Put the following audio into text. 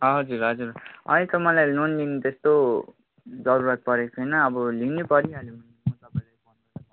हजुर हजुर अहिले त मलाई लोन लिनु त्यस्तो जरुरत परेको छैन अब लिनै परिहाल्यो भने म तपाईँलाई फोनबाट गर्छु नि